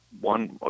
one